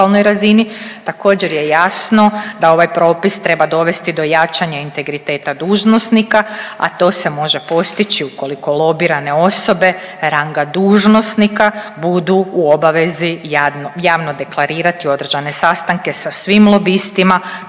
također je jasno da ovaj propis treba dovesti do jačanja integriteta dužnosnika, a to se može postići ukoliko lobirane osobe ranga dužnosnika budu u obavezi javno deklarirati određene sastanke sa svim lobistima kao što je to